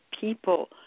people